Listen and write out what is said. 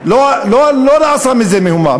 ולא נעשה מזה מהומה.